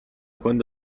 quando